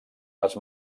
les